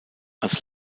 als